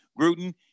gruden